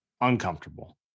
uncomfortable